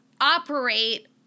operate